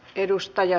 kiitos